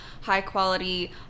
high-quality